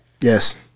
Yes